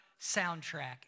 soundtrack